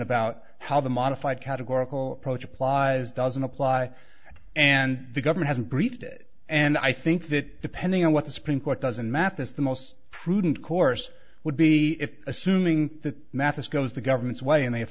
about how the modified categorical approach applies doesn't apply and the government breached it and i think that depending on what the supreme court doesn't mathis the most prudent course would be if assuming that mathis goes the government's way and they